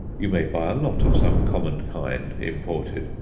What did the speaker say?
you may buy a lot of some common kind, imported,